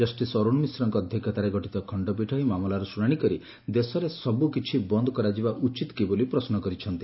ଜଷିସ R ମିଶ୍ରଙ୍କ ଅଧ୍ଧକ୍ଷତାରେ ଗଠିତ ଖଖପୀଠ ଏହି ମାମଲାର ଶୁଶାଶି କରି ଦେଶରେ ସବୁକିଛି ବନ୍ଦ କରାଯିବା ଉଚିତ କି ବୋଲି ପ୍ରଶ୍ନ କରିଛନ୍ତି